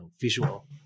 visual